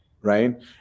right